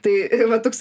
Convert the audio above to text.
tai va toks